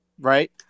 Right